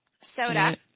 soda